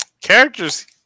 Characters